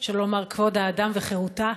שלא לומר כבוד האדם וחירותה.